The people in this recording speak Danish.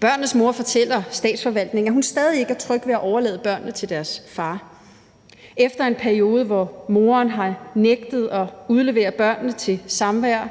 Børnenes mor fortæller Statsforvaltningen, er hun stadig ikke er tryg ved at overlade børnene til deres far. Efter en periode, hvor moren har nægtet at udlevere børnene til samvær,